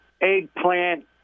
Eggplant